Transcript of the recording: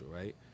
right